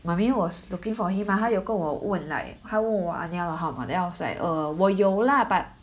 mommy was looking for him lah 她有跟我问 like 她问我 ah nell 的号码 then I was like err 我有啦 but